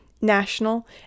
national